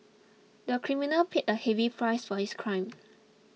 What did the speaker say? the criminal paid a heavy price for his crime